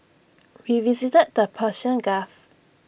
we visited the Persian gulf